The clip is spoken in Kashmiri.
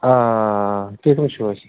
ٹھیٖک پٲٹھۍ چھِو حظ